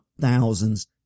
thousands